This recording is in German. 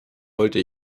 wollte